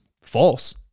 false